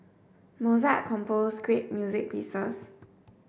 Mozart composed great music pieces